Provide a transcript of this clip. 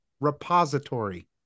repository